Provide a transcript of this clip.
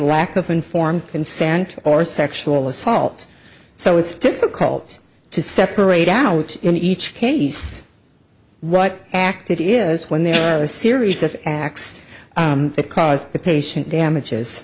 lack of informed consent or sexual assault so it's difficult to separate out in each case what active it is when there are a series of acts that cause the patient damages